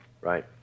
Right